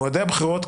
מועדי הבחירות,